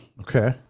Okay